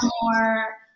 more